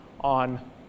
on